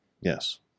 Yes